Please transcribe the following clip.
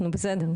אנחנו בסדר.